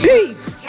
Peace